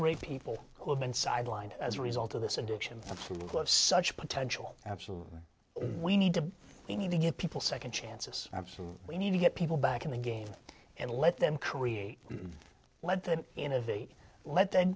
great people who have been sidelined as a result of this addiction through such potential absolutely we need to we need to give people second chances absolutely we need to get people back in the game and let them career let them innovate let them